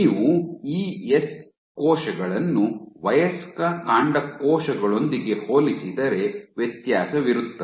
ನೀವು ಇಎಸ್ ಕೋಶಗಳನ್ನು ವಯಸ್ಕ ಕಾಂಡಕೋಶಗಳೊಂದಿಗೆ ಹೋಲಿಸಿದರೆ ವ್ಯತ್ಯಾಸವಿರುತ್ತದೆ